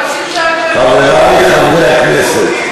כנראה שאתה מדקלם,